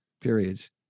periods